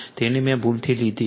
તેને મેં ભૂલથી લીધેલી છે